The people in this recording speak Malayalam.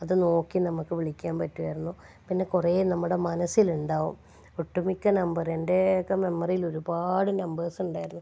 അതുനോക്കി നമുക്ക് വിളിക്കാൻ പറ്റുമായിരുന്നു പിന്നെ കുറേ നമ്മുടെ മനസ്സിലുണ്ടാകും ഒട്ടുമിക്ക നമ്പറും എൻ്റെ ഒക്കെ മെമ്മറിയിൽ ഒരുപാട് നമ്പേഴ്സ് ഉണ്ടായിരുന്നു